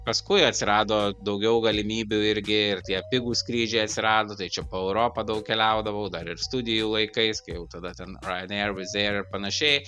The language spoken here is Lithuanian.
paskui atsirado daugiau galimybių irgi ir tie pigūs skrydžiai atsirado tai čia po europą daug keliaudavau dar ir studijų laikais jau tada ten ryanair wizz air ir panašiai